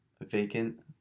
vacant